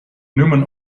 newman